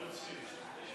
זה משהו אחר.